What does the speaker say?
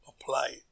apply